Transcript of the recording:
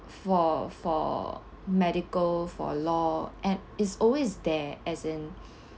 for for medical for law and it's always there as in